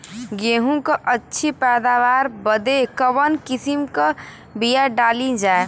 गेहूँ क अच्छी पैदावार बदे कवन किसीम क बिया डाली जाये?